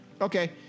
Okay